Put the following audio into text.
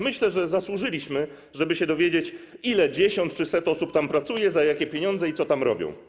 Myślę, że zasłużyliśmy, żeby się dowiedzieć, ile dziesiąt czy set osób tam pracuje, za jakie pieniądze i co tam robią.